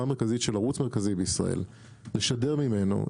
מרכזית של ערוץ מרכזי בישראל לשדר ממנו,